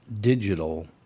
digital